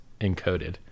encoded